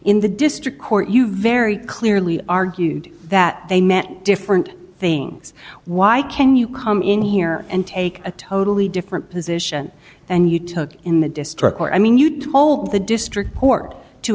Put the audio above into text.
in the district court you very clearly argued that they met different things why can you come in here and take a totally different position and you took in the district court i mean you told the district court to